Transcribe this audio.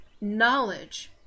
knowledge